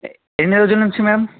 ఎన్ని రోజుల నుంచి మ్యామ్